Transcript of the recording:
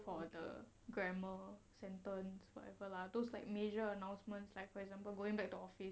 for the grammar sentence whatever lah those like major announcements like for example going back to office